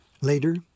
Later